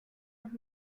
noch